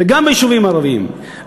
וגם ביישובים הערביים.